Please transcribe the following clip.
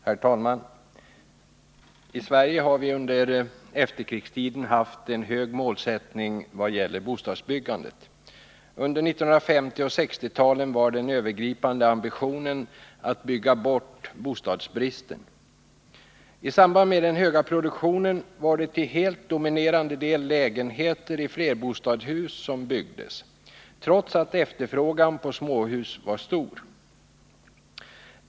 Herr talman! I Sverige har vi under efterkrigstiden haft en hög målsättning "ad gäller bostadsbyggandet. Under 1950 och 1960-talen var den övergripande ambitionen att bygga bort bostadsbristen. I samband med den höga produktionen var det till helt dominerande del lägenheter i flerbostadshus som byggdes, trots att efterfrågan på småhus var stor.